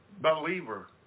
believer